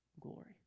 glory